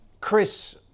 Chris